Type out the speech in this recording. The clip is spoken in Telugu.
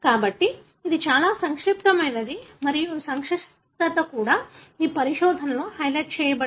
కాబట్టి ఇది చాలా సంక్లిష్టమైనది మరియు ఈ సంక్లిష్టత కూడా ఈ పరిశోధనలలో హైలైట్ చేయబడింది